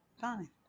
fine